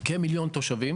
כמיליון תושבים